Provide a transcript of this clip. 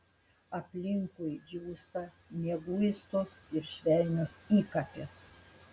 aplinkui džiūsta mieguistos ir švelnios įkapės